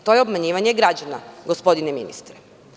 To je obmanjivanje građana, gospodine ministre.